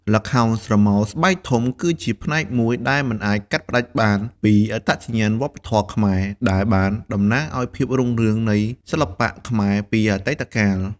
ល្ខោនស្រមោលស្បែកធំគឺជាផ្នែកមួយដែលមិនអាចកាត់ផ្ដាច់បានពីអត្តសញ្ញាណវប្បធម៌ខ្មែរ ដែលបានតំណាងឲ្យភាពរុងរឿងនៃសិល្បៈខ្មែរពីអតីតកាល។